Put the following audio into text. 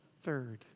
third